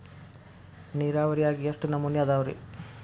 ನೇರಾವರಿಯಾಗ ಎಷ್ಟ ನಮೂನಿ ಅದಾವ್ರೇ?